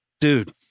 Dude